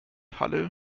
halle